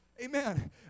Amen